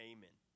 Amen